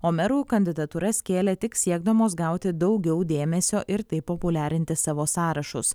o merų kandidatūras kėlė tik siekdamos gauti daugiau dėmesio ir taip populiarinti savo sąrašus